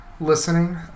listening